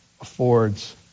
affords